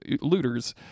looters